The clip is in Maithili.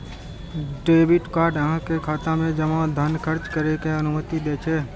डेबिट कार्ड अहांक खाता मे जमा धन खर्च करै के अनुमति दै छै